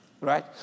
Right